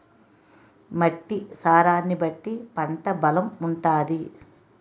మట్టి సారాన్ని బట్టి పంట బలం ఉంటాది